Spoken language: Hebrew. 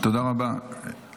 תודה רבה.